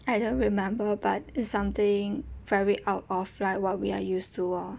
I don't remember but it's something very out of like what we are used to orh